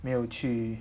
没有去